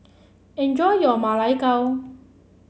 enjoy your Ma Lai Gao